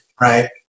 right